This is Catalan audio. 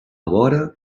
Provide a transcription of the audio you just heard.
vora